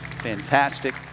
Fantastic